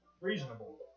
reasonable